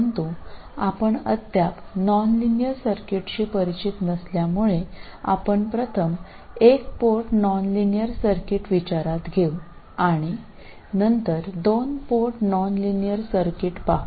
എന്നാൽ നമുക്ക് ഇതുവരെ നോൺലീനിയർ സർക്യൂട്ടുകൾ പരിചിതമല്ലാത്തതിനാൽ ഞങ്ങൾ ആദ്യം നോൺലീനിയർ വൺ പോർട്ട് പരിഗണിക്കും തുടർന്ന് നോൺലീനിയർ ടു പോർട്ടുകളിലേക്ക് പോകും